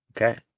Okay